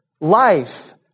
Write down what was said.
life